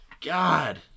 God